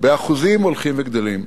באחוזים הולכים וגדלים.